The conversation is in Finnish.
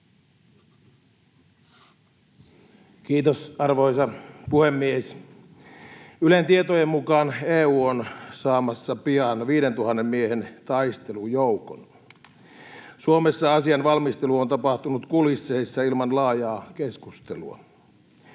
Kiitos, arvoisa puhemies! Ylen tietojen mukaan EU on saamassa pian 5 000 miehen taistelujoukon. Suomessa asian valmistelu on tapahtunut kulisseissa ilman laajaa keskustelua.